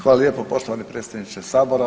Hvala lijepo poštovani predsjedniče sabora.